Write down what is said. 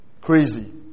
crazy